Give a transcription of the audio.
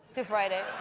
to friday.